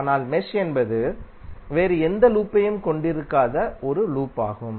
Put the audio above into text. ஆனால் மெஷ் என்பது வேறு எந்த லூப்பையும் கொண்டிருக்காத ஒரு லூப் ஆகும்